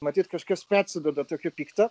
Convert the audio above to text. matyt kažkas persiduoda tokio pikto